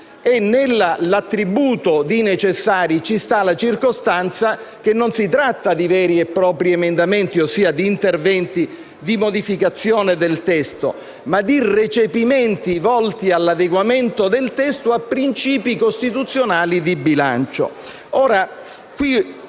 nell'attribuito di necessari c'è la circostanza che non si tratta di veri e propri emendamenti, cioè di interventi di modificazione del testo, ma di recepimenti volti all'adeguamento del testo a principi costituzionali di bilancio.